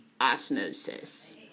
osmosis